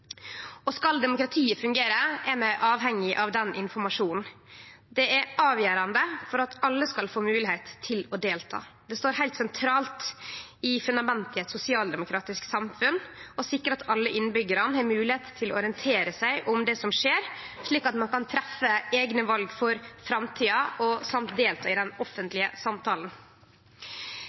Og skal demokratiet fungere, er vi avhengige av den informasjonen. Det er avgjerande for at alle skal få mogelegheit til å delta. Det står heilt sentralt i fundamentet til eit sosialdemokratisk samfunn å sikre at alle innbyggjarane har mogelegheit til å orientere seg om det som skjer, slik at ein kan treffe eigne val for framtida og delta i den offentlege samtalen.